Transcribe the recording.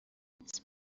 حدس